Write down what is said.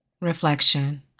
reflection